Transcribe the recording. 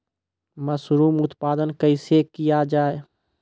Mushroom उत्पादन कैसे किया जाय?